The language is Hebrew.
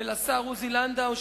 ולשר עוזי לנדאו,